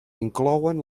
inclouen